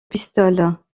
pistoles